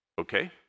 okay